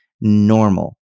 normal